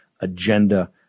agenda